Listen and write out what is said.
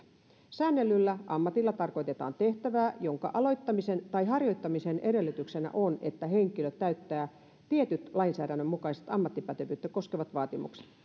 säännellyllä ammatilla tarkoitetaan tehtävää jonka aloittamisen tai harjoittamisen edellytyksenä on että henkilö täyttää tietyt lainsäädännön mukaiset ammattipätevyyttä koskevat vaatimukset